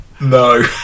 No